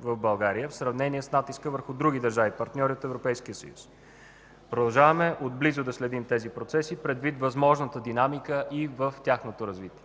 в България в сравнение с натиска върху други държави – партньори от Европейския съюз. Продължаваме отблизо да следим тези процеси предвид възможната динамика и в тяхното развитие.